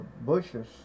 bushes